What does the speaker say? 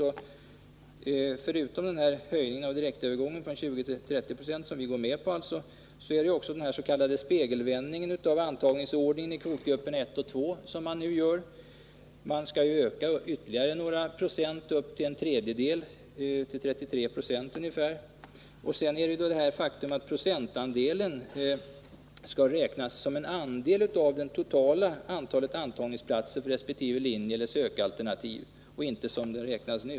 Förutom höjningen av direktövergången från 20 till 30 26, som vi går med på, är det dens.k. spegelvändningen av antagningsordningen i kvotgrupperna I och II som man nu gör. Man skall öka ytterligare några procent upp till 33 26 — en tredjedel ungefär. Procentandelen skall vidare räknas som andel av det totala antalet antagningsplatser för resp. linje eller sökalternativ och inte som den räknas nu.